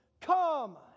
Come